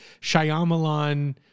Shyamalan